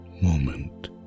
moment